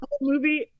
movie